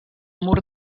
mur